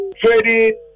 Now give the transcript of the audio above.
trading